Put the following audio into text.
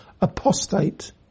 apostate